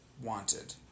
wanted